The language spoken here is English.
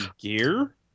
Gear